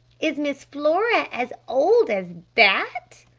is miss flora as old as that?